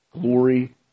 Glory